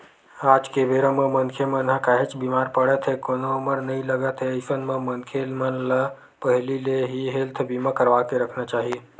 आज के बेरा म मनखे मन ह काहेच बीमार पड़त हे कोनो उमर नइ लगत हे अइसन म मनखे मन ल पहिली ले ही हेल्थ बीमा करवाके रखना चाही